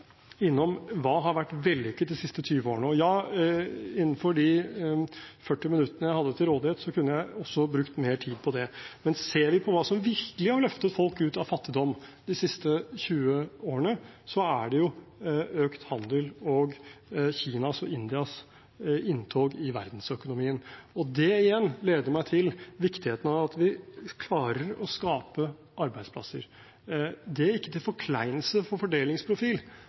innom spørsmålet: Hva har vært vellykket de siste 20 årene? Ja, innenfor de 40 minuttene jeg hadde til rådighet, kunne jeg også brukt mer tid på det. Men ser vi på hva som virkelig har løftet folk ut av fattigdom de siste 20 årene, er det økt handel og Kinas og Indias inntog i verdensøkonomien. Og det igjen leder meg til viktigheten av at vi klarer å skape arbeidsplasser. Det er ikke til forkleinelse for fordelingsprofil,